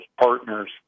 partners